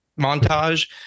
montage